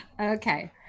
Okay